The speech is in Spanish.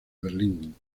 berlín